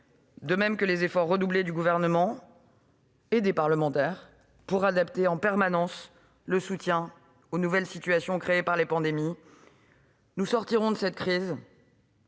de même que les efforts redoublés du Gouvernement et des parlementaires pour adapter en permanence nos dispositifs de soutien aux nouvelles situations créées par les pandémies. Nous sortirons de cette crise